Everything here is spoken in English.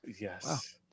yes